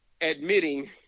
admitting